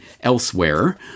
elsewhere